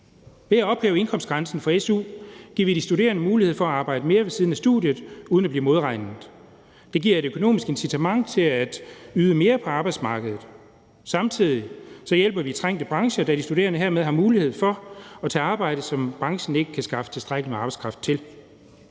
Ved at ophæve indtægtsgrænsen for su giver vi de studerende mulighed for at arbejde mere ved siden af studiet uden at blive modregnet. Det giver et økonomisk incitament til at yde mere på arbejdsmarkedet. Samtidig hjælper vi trængte brancher, da de studerende hermed får mulighed for at tage arbejde, som branchen ikke kan skaffe tilstrækkeligt med arbejdskraft til.